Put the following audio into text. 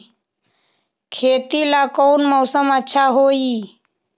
खेती ला कौन मौसम अच्छा होई?